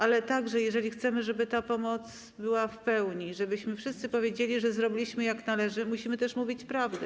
Ale jeżeli chcemy, żeby ta pomoc była w pełni, żebyśmy wszyscy powiedzieli, że zrobiliśmy, jak należy, musimy też mówić prawdę.